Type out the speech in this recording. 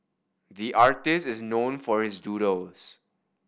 the artist is known for his doodles